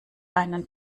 einen